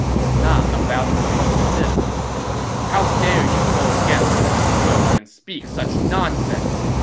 was not about to put up with this how dare you go against heaven's will and speak such nonsense!